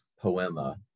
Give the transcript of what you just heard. poema